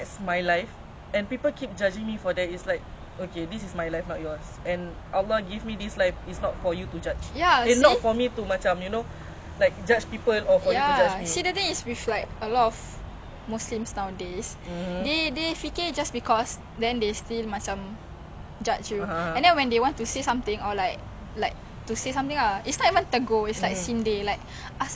judge you and then when they want to say something or like like to say something ah is not even tegur is like sindir like asal kau I'm like um sorry sally like like you know like asal kau pakai tertutup asal kau I'm like um I'm trying my best you know like the way they tegur is it comes off very like offensive maybe it's just us I don't think I don't think I'm that sensitive